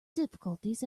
difficulties